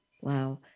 Wow